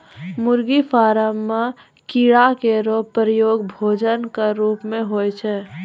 मुर्गी फार्म म कीड़ा केरो प्रयोग भोजन क रूप म होय छै